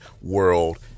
world